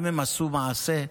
האם הם עשו מעשה?